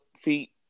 Feet